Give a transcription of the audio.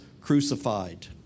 crucified